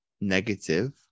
Negative